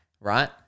right